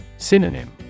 Synonym